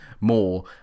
more